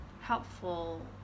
helpful